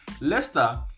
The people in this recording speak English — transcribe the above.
Leicester